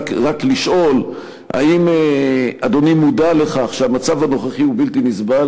רק לשאול: האם אדוני מודע לכך שהמצב הנוכחי הוא בלתי נסבל?